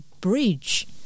bridge